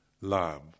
love